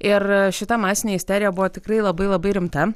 ir šita masinė isterija buvo tikrai labai labai rimta